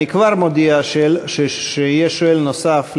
אני כבר מודיע שיש שואל נוסף,